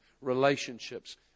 relationships